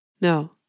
No